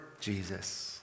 Jesus